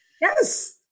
yes